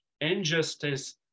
injustice